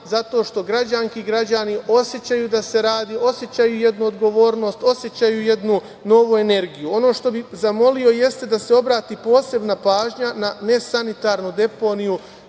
zato što građanke i građani osećaju da se radi, osećaju jednu odgovornost, osećaju jednu novu energiju. Ono što bih zamolio jeste da se obrati posebna pažnja na nesanitarnu deponiju